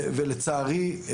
לצערי,